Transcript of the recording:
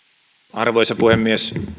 arvoisa puhemies